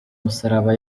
musaraba